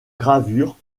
gravure